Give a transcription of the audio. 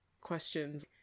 questions